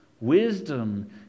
Wisdom